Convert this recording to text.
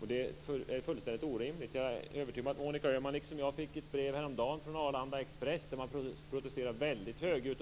Det är fullständigt orimligt. Jag är övertygad om att Monica Öhman, liksom jag, fick ett brev häromdagen från Arlanda Express där man protesterar väldigt högljutt.